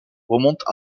remontent